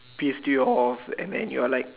pissed you off and then you're like